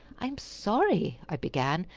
i am sorry, i began,